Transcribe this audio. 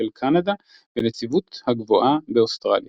של קנדה בנציבות הגבוהה באוסטרליה.